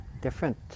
different